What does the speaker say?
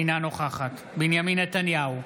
אינה נוכחת בנימין נתניהו,